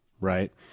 right –